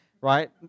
Right